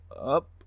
up